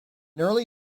early